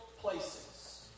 places